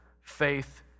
faith